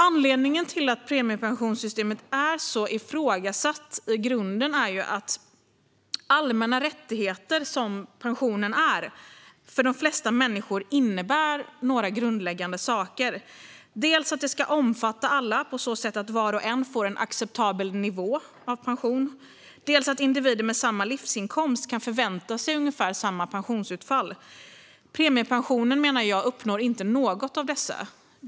Anledningen till att premiepensionssystemet är så ifrågasatt är i grunden att allmänna rättigheter, som pensionen, för de flesta människor innebär några grundläggande saker: dels att de ska omfatta alla på så sätt att var och en får en acceptabel pensionsnivå, dels att individer med samma livsinkomst kan förvänta sig ungefär samma pensionsutfall. Premiepensionen uppnår, menar jag, inte någon av dessa saker.